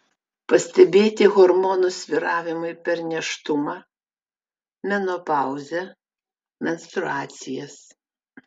pastebėti hormonų svyravimai per nėštumą menopauzę menstruacijas